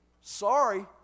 Sorry